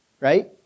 right